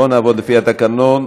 בוא נעבוד לפי התקנון,